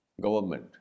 government